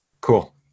Cool